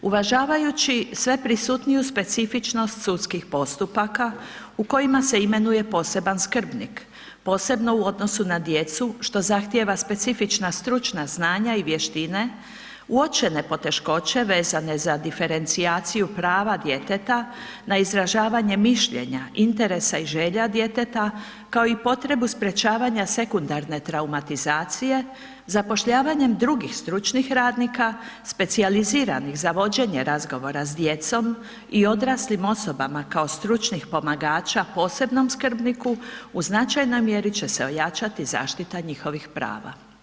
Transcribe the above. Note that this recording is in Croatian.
Uvažavajući sve prisutniju specifičnost sudskih postupaka u kojima se imenuje poseban skrbnik, posebno u odnosu na djecu što zahtijeva specifična stručna znanja i vještine uočene poteškoće vezane za diferencijaciju prava djeteta na izražavanje mišljenja, interesa i želja djeteta kao i potrebu sprečavanja sekundarne traumatizacije zapošljavanje drugih stručnih radnika, specijaliziranih za vođenje razgovora s djecom i odraslim osobama kao stručnih pomagača posebnom skrbniku u značajnoj mjeri će se ojačati zaštita njihovih prava.